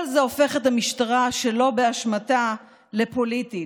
כל זה הופך את המשטרה שלא באשמתה לפוליטית,